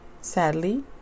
sadly